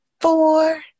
four